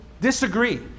disagree